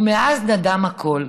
ומאז נדם הקול.